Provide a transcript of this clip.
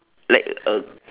like uh